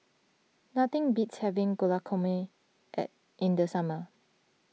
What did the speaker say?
nothing beats having Guacamole at in the summer